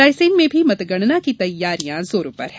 रायसेन में भी मतगणना की तैयारियों जोरों पर हैं